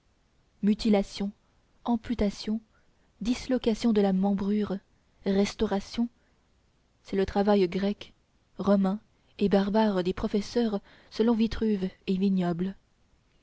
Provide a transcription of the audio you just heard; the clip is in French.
mutilations amputations dislocation de la membrure restaurations c'est le travail grec romain et barbare des professeurs selon vitruve et vignole